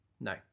No